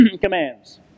commands